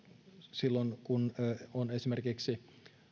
silloin kun on esimerkiksi